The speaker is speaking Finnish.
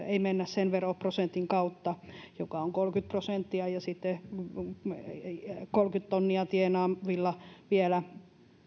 ei mennä sen pääomatulon veroprosentin kautta joka on kolmekymmentä prosenttia ja sitten kolmekymmentä tonnia tienaavilla vielä